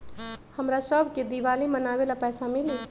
हमरा शव के दिवाली मनावेला पैसा मिली?